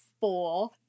four